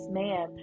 man